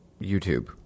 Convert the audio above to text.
YouTube